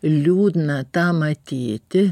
liūdna tą matyti